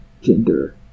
gender